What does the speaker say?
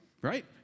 right